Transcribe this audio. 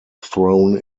thrown